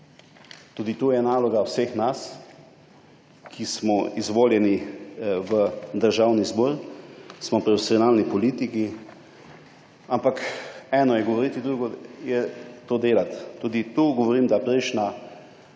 Tudi tukaj je naloga vseh nas, ki smo izvoljeni v Državni zbor, smo profesionalni politiki, ampak eno je govoriti, drugo je to delati. Tudi tu govorim, da naša